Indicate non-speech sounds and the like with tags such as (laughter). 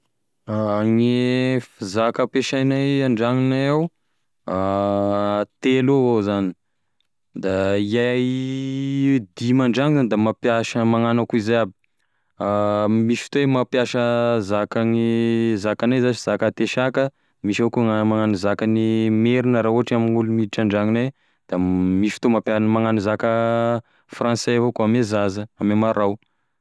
(hesitation) Gne zaka ampiasaignay andragnonay ao, (hesitation) telo avao zany da iahy dimy an-dragno zany da mampiasa magnano akoa izay aby, (hesitation) misy fotoa iahy mampiasa zakane zakanay zash zaka antesaka, misy avao koa magnano zakan'ny merina raha ohatry hoe amign'olo miditry andragnonay da misy fotoa mampiasa magnano zaka fransay avao koa ame zaza ame marao.